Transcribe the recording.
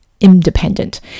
independent